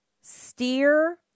steer